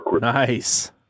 nice